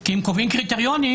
כי אם קובעים קריטריונים,